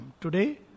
Today